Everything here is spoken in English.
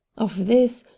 of this,